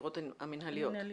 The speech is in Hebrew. בעתירות המינהליות.